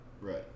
Right